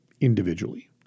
individually